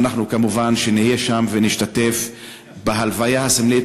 ואנחנו כמובן נהיה שם ונשתתף בהלוויה הסמלית